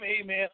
amen